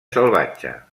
salvatge